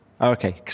Okay